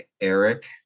Eric